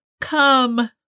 Come